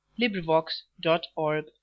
LibriVox.org